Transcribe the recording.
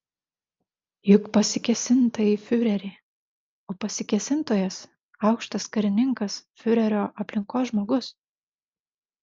juk pasikėsinta į fiurerį o pasikėsintojas aukštas karininkas fiurerio aplinkos žmogus